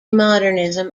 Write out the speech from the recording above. modernism